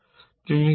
তুমি কি করো